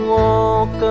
walk